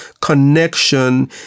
connection